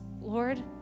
Lord